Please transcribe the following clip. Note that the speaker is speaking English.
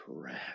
Correct